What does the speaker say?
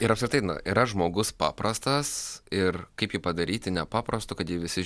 ir apskritai na yra žmogus paprastas ir kaip jį padaryti nepaprastu kad jį visi